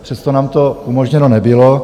Přesto nám to umožněno nebylo.